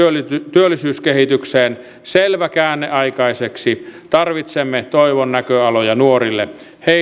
työllisyyskehitykseen selvä käänne aikaiseksi tarvitsemme toivon näköaloja nuorille